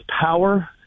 power